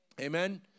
Amen